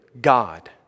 God